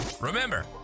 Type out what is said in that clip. Remember